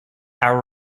our